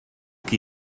qui